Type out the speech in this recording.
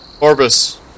Orbis